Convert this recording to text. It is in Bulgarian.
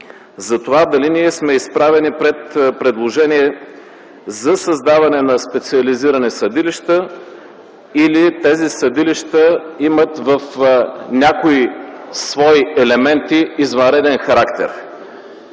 за това дали ние сме изправени пред предложение за създаване на специализирани съдилища или тези съдилища имат в някои свои елементи извънреден характер.